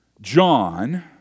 John